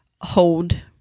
hold